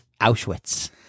Auschwitz